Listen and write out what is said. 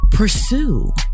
Pursue